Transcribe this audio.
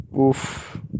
Oof